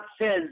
says